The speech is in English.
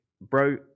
bro